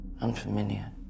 unfamiliar